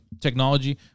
technology